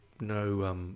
no